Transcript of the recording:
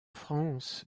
france